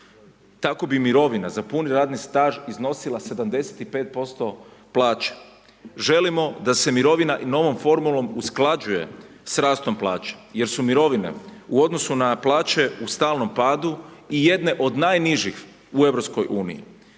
Tako bi mirovina za puni radni staž iznosila 75% plaće. Želimo da se mirovina i novom formulom usklađuje s rastom plaća jer su mirovine u odnosu na plaće u stalnom padu i jedne od najnižih u EU.